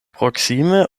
proksime